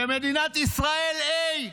ומדינת ישראל, A,